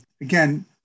again